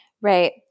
Right